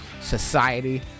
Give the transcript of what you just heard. society